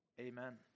Amen